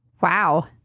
Wow